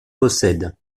possède